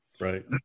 Right